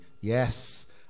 Yes